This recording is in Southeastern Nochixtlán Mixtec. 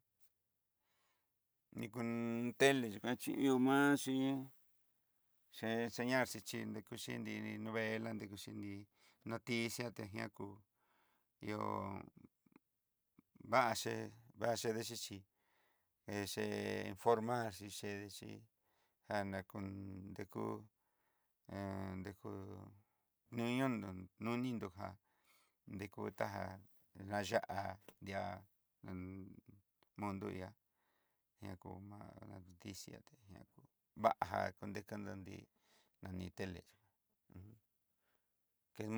Nilun tele xhikuachi ihó ma'a xi iin che señal xi nrekuxi nri ni novela nrekuxi nrí, noticia taña kú ihó vaxe, vaxe dechexi de che forma xi xi chede xi jana kú dekú kuú, noninñon nodindo já dekuta já naya'a ndia iin mundo ihá ña kó ma'a noticia taña kú va'a já kinretanro nrí nani tele uj.